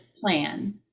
plan